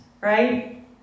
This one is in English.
Right